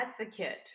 advocate